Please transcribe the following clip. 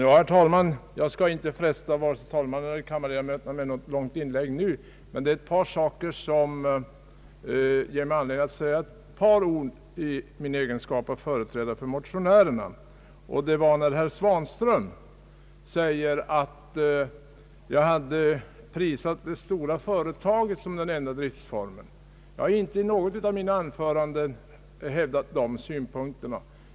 Herr talman! Jag skall inte besvära vare sig talmannen eller kammarledamöterna med något långt inlägg nu, men det är ett par saker som ger mig anledning säga några ord i egenskap av företrädare för motionärerna. Herr Svanström sade att jag hade prisat det stora företaget som den enda driftsformen. Jag har inte i något av mina anföranden hävdat sådana synpunkter.